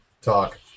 Talk